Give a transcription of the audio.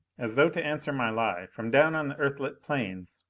as though to answer my lie, from down on the earthlit plains,